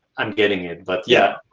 i'm getting it. but yeah.